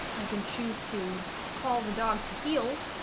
i can choose to call the dog to heal